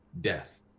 death